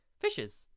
Fishes